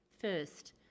first